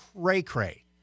cray-cray